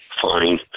fine